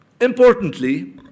Importantly